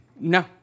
No